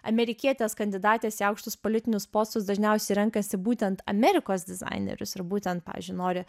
amerikietės kandidatės į aukštus politinius postus dažniausiai renkasi būtent amerikos dizainerius ir būtent pavyzdžiui nori